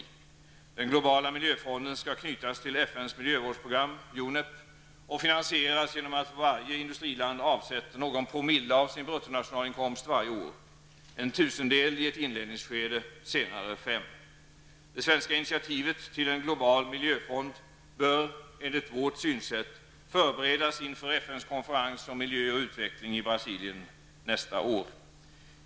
Denna globala miljöfond tycker vi skall knytas till FNs miljövårdsprogram, UNEP, och finansieras genom att varje industriland avsätter någon promille av sin bruttonationalinkomst varje år -- en tusendel i ett inledningsskede och senare fem tusendelar. Det svenska initativet till en global miljöfond bör enligt vårt synsätt förberedas inför FNs konferens om miljö och utveckling i Brasilien nästa år.